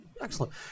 Excellent